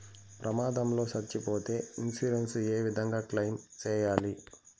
ప్రమాదం లో సచ్చిపోతే ఇన్సూరెన్సు ఏ విధంగా క్లెయిమ్ సేయాలి?